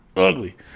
ugly